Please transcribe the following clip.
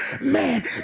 man